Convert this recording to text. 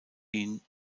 ihn